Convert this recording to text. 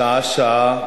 שעה-שעה,